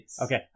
Okay